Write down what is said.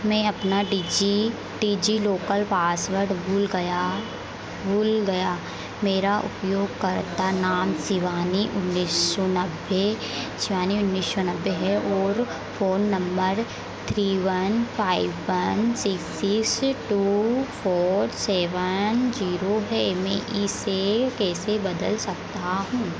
मैं अपना digi DigiLocker password भूल गया भूल गया मेरा उपयोगकर्ता नाम शिवानी उन्नीस सौ नब्बे शिवानी उन्नीस सौ नब्बे है और phone number three one five one six six two four seven zero है मैं इसे कैसे बदल सकता हूँ